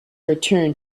return